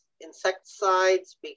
insecticides